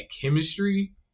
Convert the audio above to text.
chemistry